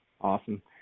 awesome